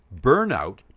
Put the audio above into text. Burnout